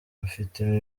bafitemo